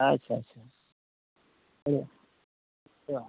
ᱟᱪᱪᱷᱟ ᱟᱪᱪᱷᱟ ᱦᱮᱸ ᱦᱳᱭ